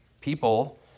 people